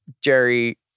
Jerry